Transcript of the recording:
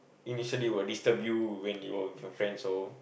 initially will disturb you when you were with your friend so